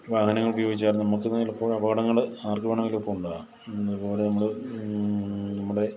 വാഹനങ്ങൾ ഉപയോഗിച്ചാൽ നമുക്ക് പലപ്പോഴും അപകടങ്ങൾ ആർക്കു വേണമെങ്കിലും ഇപ്പോൾ ഉണ്ടാകാം അതുപോലെ നമ്മൾ നമ്മുടെ